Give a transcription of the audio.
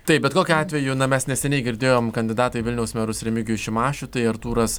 taip bet kokiu atveju mes neseniai girdėjom kandidatą į vilniaus merus remigijų šimašių tai artūras